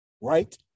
right